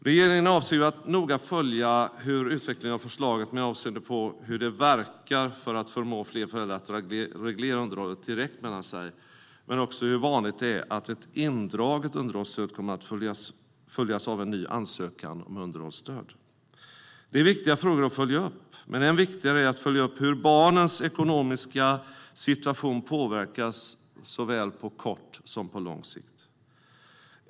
Regeringen avser att noga följa utvecklingen av förslaget avseende hur det verkar för att förmå fler föräldrar att reglera underhållet direkt emellan sig men också hur vanligt det är att ett indraget underhållsstöd kommer att följas av en ny ansökan om underhållsstöd. Det är viktiga frågor att följa upp. Men än viktigare är att följa upp hur barnens ekonomiska situation påverkas på såväl kort som lång sikt.